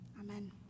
Amen